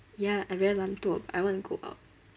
ya I very 懒惰 but I want to go out